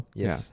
yes